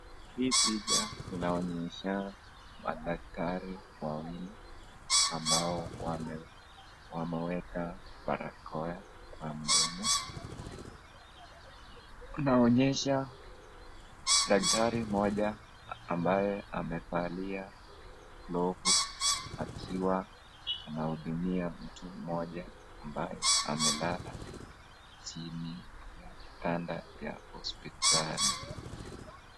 This photo portrays two doctors who are covering their mouth using a mask , one doctor who has worn a glove while treating one patient who is lying on the hospital bed